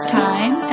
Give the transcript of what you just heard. time